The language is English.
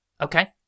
okay